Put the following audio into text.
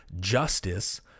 justice